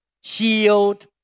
shield